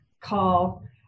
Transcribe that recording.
call